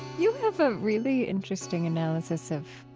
you have a really interesting analysis of,